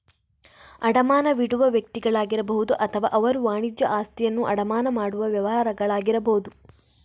ಅಡಮಾನವಿಡುವ ವ್ಯಕ್ತಿಗಳಾಗಿರಬಹುದು ಅಥವಾ ಅವರು ವಾಣಿಜ್ಯ ಆಸ್ತಿಯನ್ನು ಅಡಮಾನ ಮಾಡುವ ವ್ಯವಹಾರಗಳಾಗಿರಬಹುದು